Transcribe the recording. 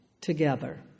together